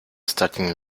starting